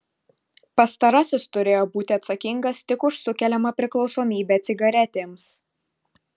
pastarasis turėjo būti atsakingas tik už sukeliamą priklausomybę cigaretėms